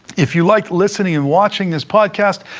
if you liked listening and watching this podcast,